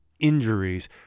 injuries